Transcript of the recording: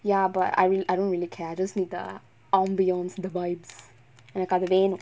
ya but I reall~ I don't really care I just need to ambience the vibes எனக்கு அது வேணு:enakku athu venu